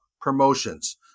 promotions